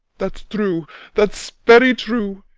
that's true that's very true.